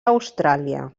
austràlia